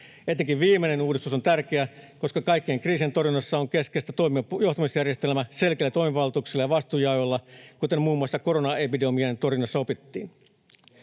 Etenkin viimeinen uudistus on tärkeä, koska kaikkien kriisien torjunnassa on keskeistä toimiva johtamisjärjestelmä selkeillä toimivaltuuksilla ja vastuunjaoilla, kuten muun muassa koronaepidemian torjunnassa opittiin.